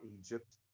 Egypt